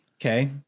Okay